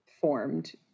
formed